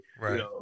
Right